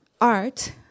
art